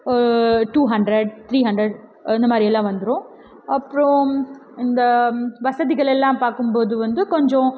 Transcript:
two hundred three hundred இந்த மாதிரியெல்லாம் வந்துடும் அப்புறம் இந்த வசதிகளெல்லாம் பார்க்கும்போது வந்து கொஞ்சம்